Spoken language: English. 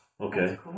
Okay